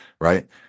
right